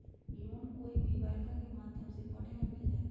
Loan कोई भी बालिका के माध्यम से पढे ला मिल जायत?